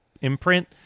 imprint